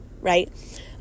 Right